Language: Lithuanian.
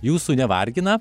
jūsų nevargina